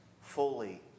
fully